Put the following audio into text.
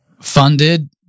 funded